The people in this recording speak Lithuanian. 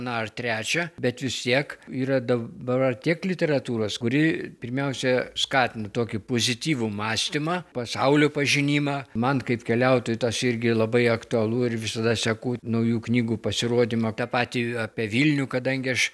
na ar trečią bet vis tiek yra dabar tiek literatūros kuri pirmiausia skatina tokį pozityvų mąstymą pasaulio pažinimą man kaip keliautojui tas irgi labai aktualu ir visada seku naujų knygų pasirodymą tą patį apie vilnių kadangi aš